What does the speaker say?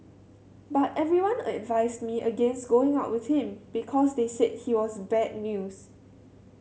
but everyone advised me against going out with him because they said he was bad news